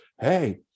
hey